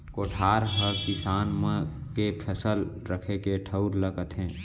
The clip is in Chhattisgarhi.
कोठार हकिसान मन के फसल रखे के ठउर ल कथें